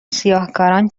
سیاهکاران